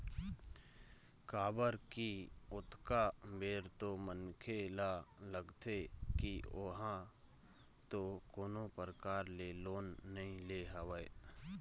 काबर की ओतका बेर तो मनखे ल लगथे की ओहा तो कोनो परकार ले लोन नइ ले हवय